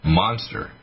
monster